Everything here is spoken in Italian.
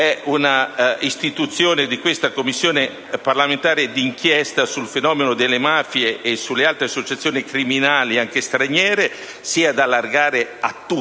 che il lavoro della Commissione parlamentare d'inchiesta sul fenomeno delle mafie e sulle altre associazioni criminali, anche straniere, sia da allargare a tutti